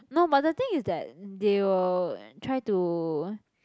no but the thing is that they will try to